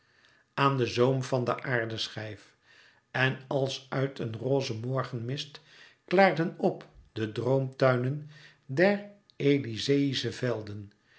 aan den zoom van den aardeschijf en als uit een roze morgenmist klaarden p de droomtuinen der elyzeïsche velden